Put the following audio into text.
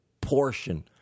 portion